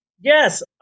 Yes